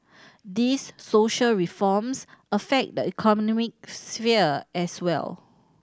these social reforms affect the economic's sphere as well